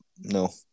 No